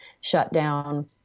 shutdown